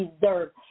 deserve